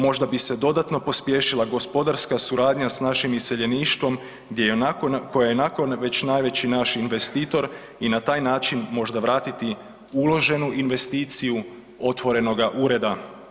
Možda bi se dodatno pospješila gospodarska suradnja sa našim iseljeništvom, koja je ionako već najveći naš investitor i na taj način možda vratiti uloženu investiciju otvorenoga ureda.